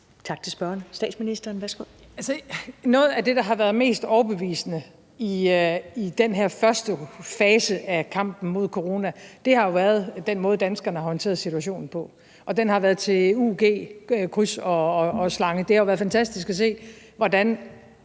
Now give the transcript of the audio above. Noget af det, der har været mest overbevisende i den her første fase af kampen mod corona, har været den måde, danskerne har håndteret situationen på, og den har været til ug med kryds og slange. Det har været fantastisk at se, hvordan